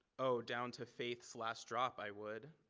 oh down to faith slash drop i would,